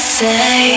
say